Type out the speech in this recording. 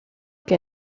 que